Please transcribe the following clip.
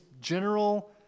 general